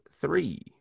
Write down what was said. three